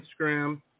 Instagram